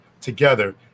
together